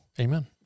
Amen